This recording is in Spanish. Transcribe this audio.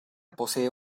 posee